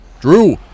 Drew